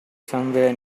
somewhere